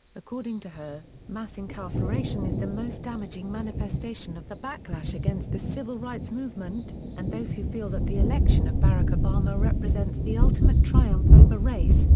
according to her, mass incarceration is the most damaging manifestation of the backlash against the civil rights movement, and those who feel that the election of barack obama represents the ultimate triumph over race,